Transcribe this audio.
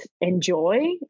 enjoy